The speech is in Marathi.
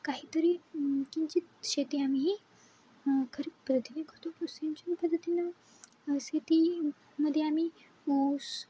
काहीतरी किंचित शेती आम्ही ही खरीप पद्धतीने करतो प सिंचनपद्धतीने शेतीमध्ये आम्ही ऊस